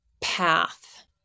path